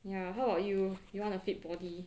ya how about you you want a fit body